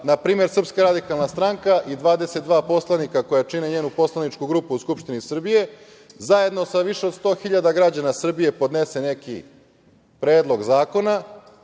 pa smo videli da kada npr. SRS i 22 poslanika koja čine njenu poslaničku grupu u Skupštini Srbije, zajedno sa više od 100.000 građana Srbije podnese neki predlog zakona